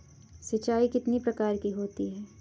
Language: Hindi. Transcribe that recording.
सिंचाई कितनी प्रकार की होती हैं?